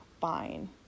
fine